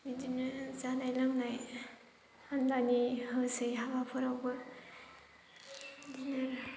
बिदिनो जानाय लोंनाय आमदानि होसै हाबाफोरावबो बिदिनो